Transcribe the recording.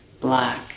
black